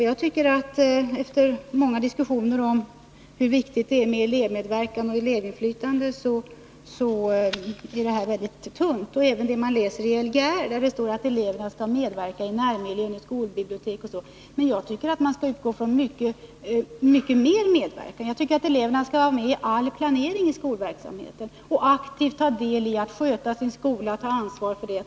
Jag tycker att det här, efter många diskussioner om hur viktigt det är med elevmedverkan och elevinflytande, är väldigt tunt. Det gäller även vad som står i Lgr, där det heter att eleverna skall medverka i närmiljön, i skolbibliotek osv. Men jag tycker att man skall utgå från mycket mer medverkan och att eleverna skall vara med i all planering av skolverksamheten och aktivt ta del i arbetet med att sköta skolan samt ta ansvar för detta.